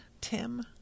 Tim